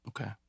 Okay